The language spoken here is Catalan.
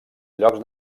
llocs